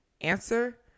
answer